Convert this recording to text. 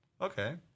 Okay